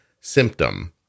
symptom